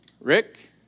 Rick